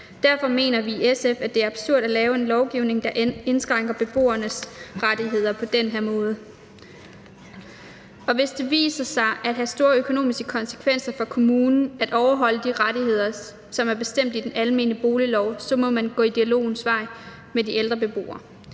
Derfor mener vi i SF, at det er absurd at lave en lovgivning, der indskrænker beboernes rettigheder på den her måde. Og hvis det viser sig at have store økonomiske konsekvenser for kommunen at overholde de rettigheder, som er bestemt af den almene boliglov, så må man gå dialogens vej med de ældre beboere.